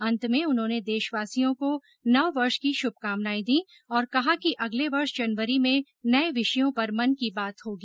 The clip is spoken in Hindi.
अंत में उन्होंने देशवासियों को नववर्ष की शुभकामनाएं दी और कहा कि अगले वर्ष जनवरी में नये विषयों पर मन की बात होगी